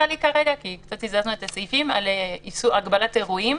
כי קצת הזזנו את הסעיפים על הגבלת אירועים,